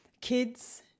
kids